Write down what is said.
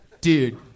Dude